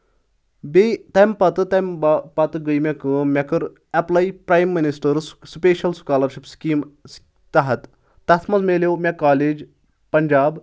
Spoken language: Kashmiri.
بیٚیہِ تَمہِ پتہٕ تَمہِ پتہٕ گٔے مےٚ کٲم مےٚ کٔر apply prime minister's special scholarship scheme تحت تتھ منٛز مِلیو مےٚ کالیج پنجاب